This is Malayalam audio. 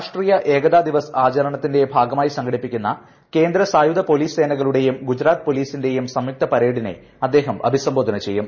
രാഷ്ട്രീയ ഏകതാ ദിവസ് ആചാരണത്തിന്റെ ഭാഗമായി സംഘടിപ്പിക്കുന്ന കേന്ദ്ര സായുധ പോലീസ് സേനകളുടെയും ഗുജറാത്ത് പോലീസ്ന്റെയും സംയുക്ത പരേഡിനെ അദ്ദേഹം അഭിസംബോധന ചെയ്യും